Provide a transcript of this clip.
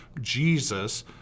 Jesus